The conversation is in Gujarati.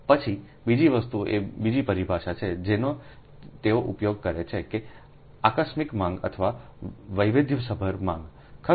પછી બીજી વસ્તુ એ બીજી પરિભાષા છે જેનો તેઓ ઉપયોગ કરે છે કે આકસ્મિક માંગ અથવા વૈવિધ્યસભર માંગ ખરું